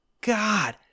god